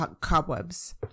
cobwebs